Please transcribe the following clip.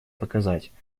показать